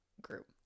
group